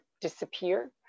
disappear